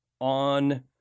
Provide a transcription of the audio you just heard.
on